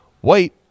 White